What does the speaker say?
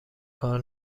کار